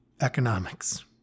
economics